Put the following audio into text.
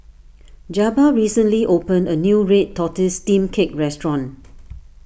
Jabbar recently opened a new Red Tortoise Steamed Cake Restaurant